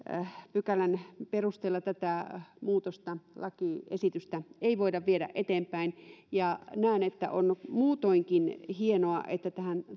pykälän perusteella tätä muutosta lakiesitystä ei voida viedä eteenpäin ja näen että on muutoinkin hienoa että tähän